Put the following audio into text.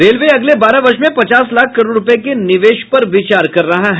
railway अगले बारह वर्ष में पचास लाख करोड़ रूपये के निवेश पर विचार कर रहा है